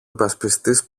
υπασπιστής